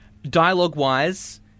Dialogue-wise